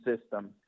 system